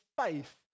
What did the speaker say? faith